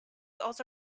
also